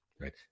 Right